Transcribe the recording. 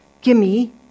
gimme